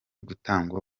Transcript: gutangwa